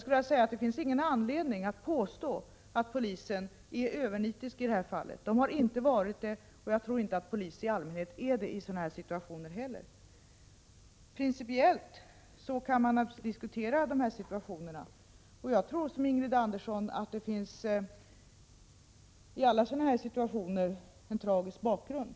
Det finns ingen anledning att påstå att polisen är övernitisk i det här fallet. De har inte varit det, och jag tror inte att polis i allmänhet är det i sådana här situationer heller. Man kan naturligtvis diskutera de här fallen principiellt. Jag tror som Ingrid Andersson att det i alla sådana här situationer finns en tragisk bakgrund.